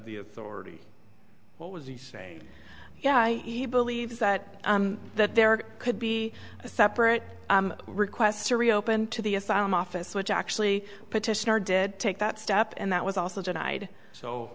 the authority what was the same guy he believes that that there could be a separate request to reopen to the asylum office which actually petition our dead take that step and that was also denied so